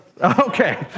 Okay